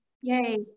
yay